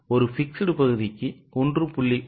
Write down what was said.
ஒரு fixed பகுதிக்கு 1